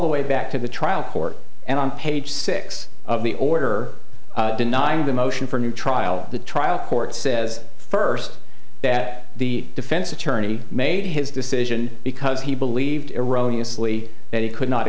the way back to the trial court and on page six of the order denying the motion for new trial the trial court says first that the defense attorney made his decision because he believed eroni asli that he could not